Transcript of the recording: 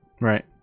Right